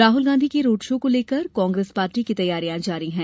राहल गांधी के road show को लेकर कांग्रेस पार्टी की तैयारियां जारी है